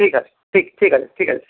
ঠিক আছে ঠিক ঠিক আছে ঠিক আছে